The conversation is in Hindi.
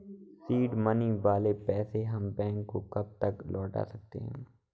सीड मनी वाले पैसे हम बैंक को कब तक लौटा सकते हैं?